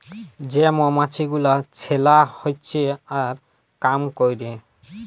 যে মমাছি গুলা ছেলা হচ্যে আর কাম ক্যরে